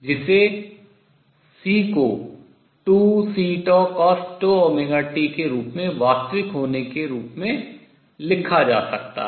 जिसे C को 2Ccos⁡τωt के रूप में वास्तविक होने के रूप में लिखा जा सकता है